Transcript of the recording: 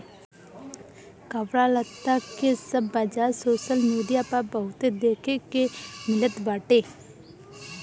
कपड़ा लत्ता के सब बाजार सोशल मीडिया पअ बहुते देखे के मिलत बाटे